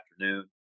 afternoon